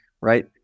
right